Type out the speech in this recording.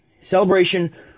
Celebration